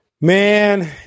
Man